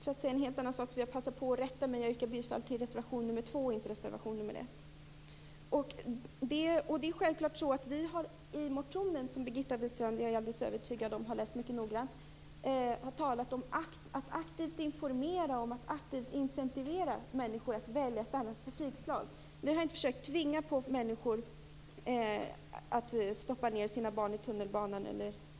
I motionen, som jag är övertygad om att Birgitta Wistrand har läst mycket noggrant, har vi talat om att aktivt informera och att aktivt stimulera människor att använda ett annat trafikslag. Vi har inte försökt att tvinga människor att ta med sina barn i tunnelbanan.